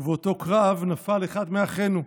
ובאותו קרב נפל אחד מאחינו,